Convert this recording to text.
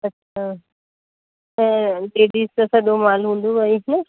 अच्छा त लेडीज़ जा सभु सॼो माल हूंदो आहे ईअं